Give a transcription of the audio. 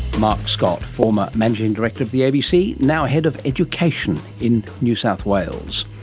mark scott, former managing director of the abc, now head of education in new south wales.